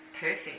perfect